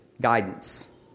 guidance